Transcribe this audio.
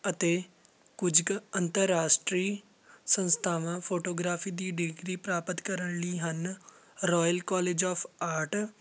ਅਤੇ ਕੁਝ ਕੁ ਅੰਤਰਰਾਸ਼ਟਰੀ ਸੰਸਥਾਵਾਂ ਫੋਟੋਗ੍ਰਾਫੀ ਦੀ ਡਿਗਰੀ ਪ੍ਰਾਪਤ ਕਰਨ ਲਈ ਹਨ ਰੋਇਲ ਕੋਲਜ ਆਫ ਆਰਟ